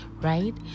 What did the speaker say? right